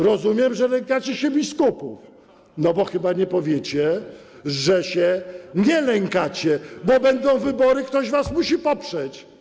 Rozumiem, że lękacie się biskupów, no bo chyba nie powiecie, że się nie lękacie, bo będą wybory, ktoś was musi poprzeć.